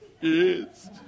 Yes